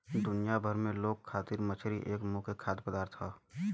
दुनिया भर के लोग खातिर मछरी एक मुख्य खाद्य पदार्थ हौ